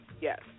Yes